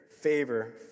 favor